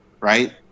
right